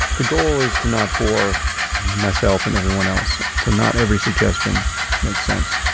the goal is to not bore myself and everyone else. so not every suggestion makes sense.